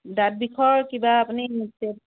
দাঁত বিষৰ কিবা আপুনি নিছে